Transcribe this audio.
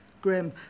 grim